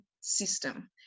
system